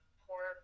poor